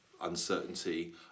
uncertainty